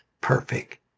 perfect